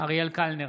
אריאל קלנר,